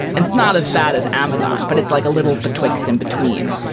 and it's not as bad as amazon, but it's like a little betwixt and between.